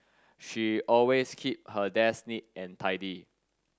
she always keep her desk neat and tidy